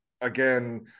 again